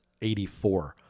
84